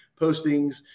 postings